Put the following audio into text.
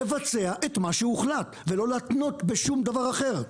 לבצע את מה שהוחלט ולא להתנות בשום דבר אחר.